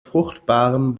fruchtbaren